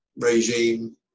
regime